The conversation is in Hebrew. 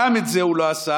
גם את זה הוא לא עשה,